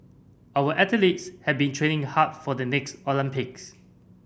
our athletes have been training hard for the next Olympics